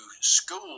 school